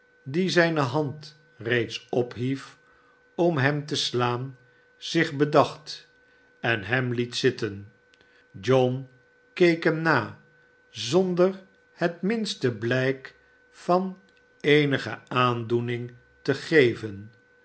die zijnehand reeds ophief om hem te slaan zich bedacht en hem liet zitten john keek hem na zonder het minste blijk van eenige aandoening te geven